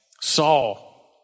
Saul